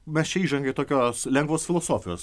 mes čia įžangai tokios lengvos filosofijos